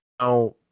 now